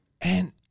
And-